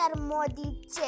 Modi